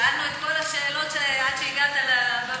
שאלנו את כל השאלות, עד שהגעת למליאה.